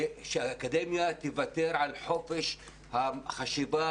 שהאקדמיה תוותר על חופש החשיבה,